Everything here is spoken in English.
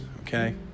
okay